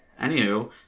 Anywho